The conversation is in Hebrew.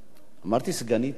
אמרתי "סגנית השר"